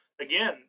again